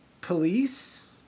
Police